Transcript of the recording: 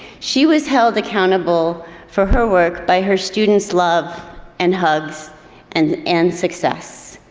she was held accountable for her work by her students' love and hugs and and success.